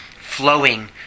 flowing